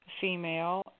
female